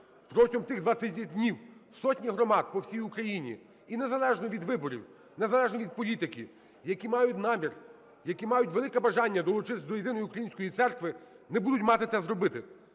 Протягом тих 20 днів сотні громад по всій Україні, і незалежно від виборів, незалежно від політиків, які мають намір, які мають велике бажання долучитися до єдиної української церкви, не будуть мати це зробити.